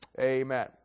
Amen